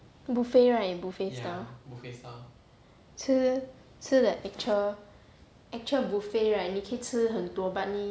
buffet right and buffet style 吃吃 the actual actual buffet right 你可以吃很多 but 你